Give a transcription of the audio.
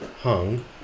hung